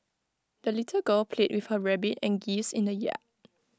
the little girl played with her rabbit and geese in the yard